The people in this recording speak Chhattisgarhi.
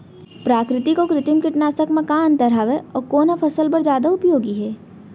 प्राकृतिक अऊ कृत्रिम कीटनाशक मा का अन्तर हावे अऊ कोन ह फसल बर जादा उपयोगी हे?